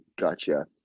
gotcha